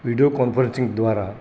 video conferencing द्वारा